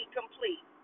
complete